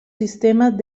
sistemas